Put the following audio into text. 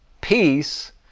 Peace